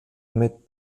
mit